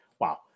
Wow